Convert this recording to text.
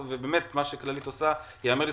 ומה שכללית עושה ייאמר לזכותה,